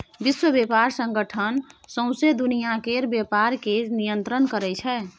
विश्व बेपार संगठन सौंसे दुनियाँ केर बेपार केँ नियंत्रित करै छै